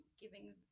giving